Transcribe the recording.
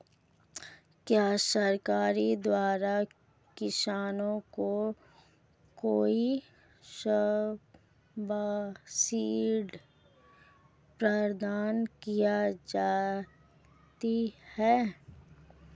क्या सरकार द्वारा किसानों को कोई सब्सिडी प्रदान की जाती है?